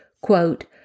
Quote